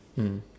mm